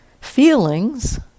Feelings